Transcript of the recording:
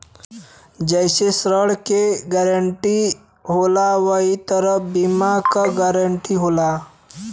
जइसे ऋण के गारंटी होला वही तरह बीमा क गारंटी होला